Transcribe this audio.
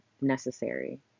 necessary